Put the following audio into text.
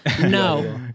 no